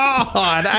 God